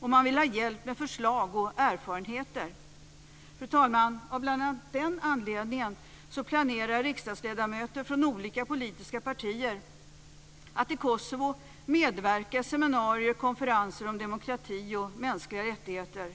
Och de vill ha hjälp med förslag och erfarenheter. Fru talman! Av bl.a. den anledningen planerar riksdagsledamöter från olika politiska partier att i Kosovo medverka i seminarier och konferenser om demokrati och mänskliga rättigheter.